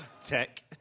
tech